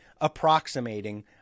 approximating